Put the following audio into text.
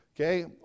Okay